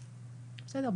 בסדר,